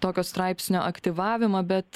tokio straipsnio aktyvavimą bet